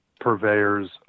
purveyors